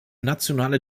nationale